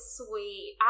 sweet